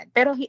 Pero